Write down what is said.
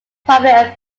primarily